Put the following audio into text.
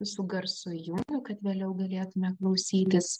visu garsu įjungiu kad vėliau galėtume klausytis